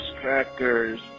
crackers